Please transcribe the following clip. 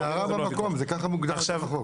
הערה במקום, ככה זה מוגדר גם בחוק.